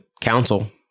council